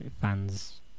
fans